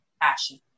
passion